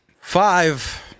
Five